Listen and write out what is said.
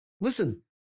listen